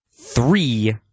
Three